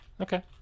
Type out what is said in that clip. Okay